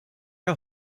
are